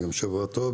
גם שבוע טוב,